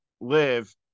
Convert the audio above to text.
live